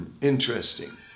interesting